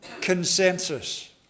consensus